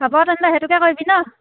হ'ব তেনেহলে সেইটোকে কৰিবি ন